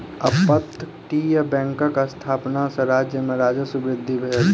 अपतटीय बैंकक स्थापना सॅ राज्य में राजस्व वृद्धि भेल